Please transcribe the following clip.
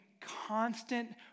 constant